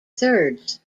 thirds